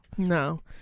No